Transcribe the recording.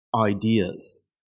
ideas